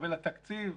מתקבל התקציב,